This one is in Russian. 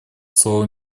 слово